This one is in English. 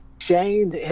Shane